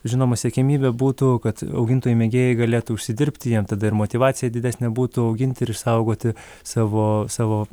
žinoma siekiamybė būtų kad augintojai mėgėjai galėtų užsidirbti jiem tada ir motyvacija didesnė būtų auginti ir išsaugoti savo savo